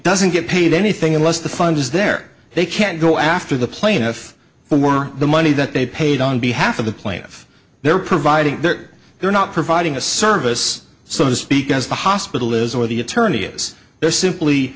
doesn't get paid anything unless the fund is there they can go after the plaintiff were the money that they paid on behalf of the plaintiff they're providing that they're not providing a service so to speak as the hospital is or the attorney is there simply